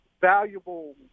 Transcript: valuable